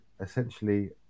essentially